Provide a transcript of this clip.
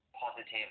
positive